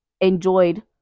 enjoyed